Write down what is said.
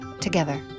together